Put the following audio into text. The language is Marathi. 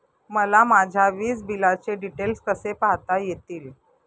मला माझ्या वीजबिलाचे डिटेल्स कसे पाहता येतील?